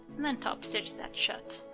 and then topstitch that shut.